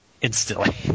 Instantly